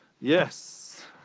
Yes